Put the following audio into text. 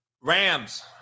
Rams